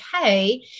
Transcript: okay